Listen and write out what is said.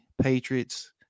Patriots